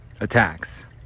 attacks